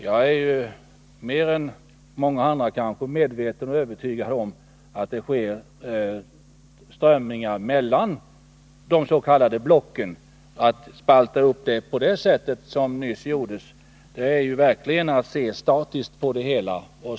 Jag är nämligen medveten om att det sker strömningar mellan de s.k. blocken. Att spalta upp väljarkåren på det sätt som nyss gjordes är verkligen att se statiskt på det hela.